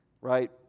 right